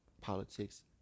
politics